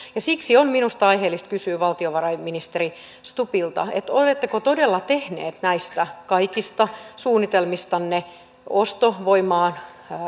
siksi on minusta aiheellista kysyä valtiovarainministeri stubbilta oletteko todella tehneet näistä kaikista suunnitelmistanne ostovoimaan